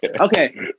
Okay